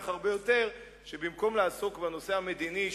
הרבה יותר אם במקום לעסוק בנושא המדיני,